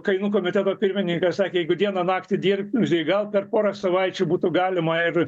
kainų komiteto pirmininkas sakė jeigu dieną naktį dirbt gal per porą savaičių būtų galima ir